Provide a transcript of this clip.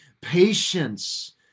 patience